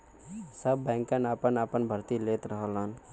सब बैंकन आपन आपन भर्ती लेत रहलन